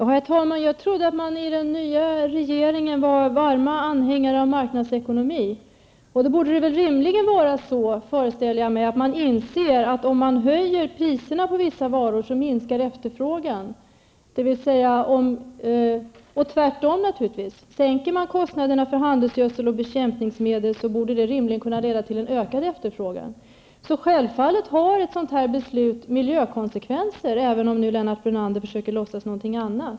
Herr talman! Jag trodde att ledamöterna i den nya regeringen var varma anhängare av marknadsekonomi. Då borde de rimligen inse, att om man höjer priserna på vissa varor minskar efterfrågan. Om man tvärtom sänker kostnaderna för t.ex. handelsgödsel och bekämpningsmedel borde det kunna leda till en ökad efterfrågan. Självfallet får ett beslut av detta slag miljökonsekvenser, även om Lennart Brunander nu försöker låtsas något annat.